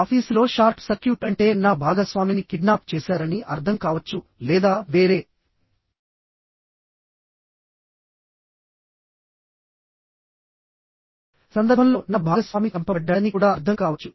ఆఫీసులో short circuit అంటే నా భాగస్వామిని కిడ్నాప్ చేశారని అర్థం కావచ్చు లేదా వేరే సందర్భంలో నా భాగస్వామి చంపబడ్డాడని కూడా అర్థం కావచ్చు